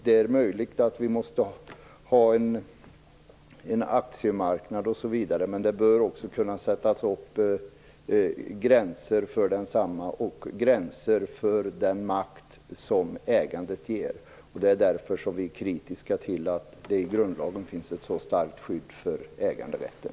Det är möjligt att vi måste ha en aktiemarknad osv., men det bör också kunna sättas upp gränser för densamma och gränser för den makt som ägandet ger. Det är därför som vi är kritiska till att det i grundlagen finns en sådant starkt skydd för äganderätten.